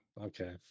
Okay